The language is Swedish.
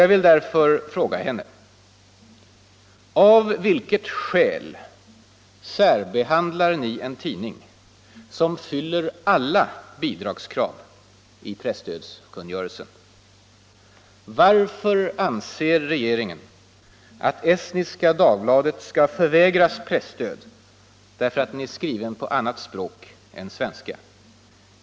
Jag vill därför fråga henne: Av vilket skäl särbehandlas en tidning som fyller alla bidragskrav i presstödskungörelsen? Varför anser regeringen att Estniska Dagbladet skall förvägras presstöd därför att tidningen är skriven på annat språk än svenska?